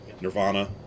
Nirvana